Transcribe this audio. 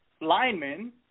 linemen